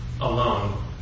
alone